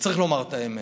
וצריך לומר את האמת,